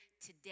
today